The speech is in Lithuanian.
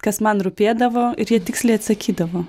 kas man rūpėdavo ir jie tiksliai atsakydavo